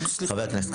משבועיים,